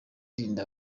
irinda